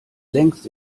längst